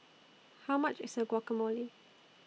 How much IS Guacamole